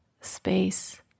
space